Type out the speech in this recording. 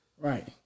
Right